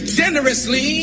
generously